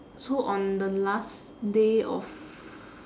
so on the last day of